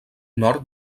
nord